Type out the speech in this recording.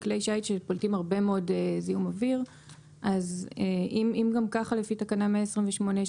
ובלבד שכלי השיט האמור קיבל היתר מאת המנהל לפי תקנה 128,